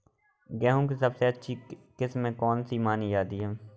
गेहूँ की सबसे अच्छी किश्त कौन सी मानी जाती है?